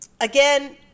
Again